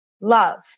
love